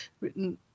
written